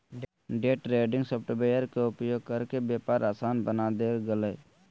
day trading software के उपयोग करके व्यापार आसान बना देल गेलय